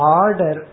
order